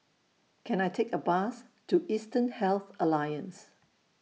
Can I Take A Bus to Eastern Health Alliance